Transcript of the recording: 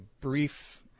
brief